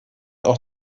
auch